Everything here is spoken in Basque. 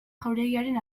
jauregiaren